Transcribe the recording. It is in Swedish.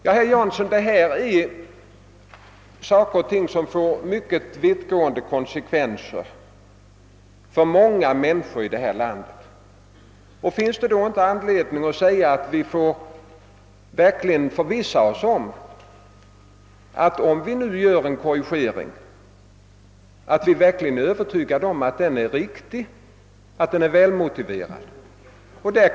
Ja, herr Jansson, detta är saker och ting som får mycket vittgående konsekvenser för många människor i detta land. Finns det då inte anledning att säga att vi, innan vi gör en korrigering, verkligen bör förvissa oss om att den korrigeringen är motiverad?